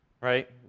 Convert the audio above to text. right